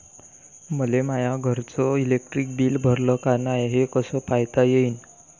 मले माया घरचं इलेक्ट्रिक बिल भरलं का नाय, हे कस पायता येईन?